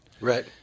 Right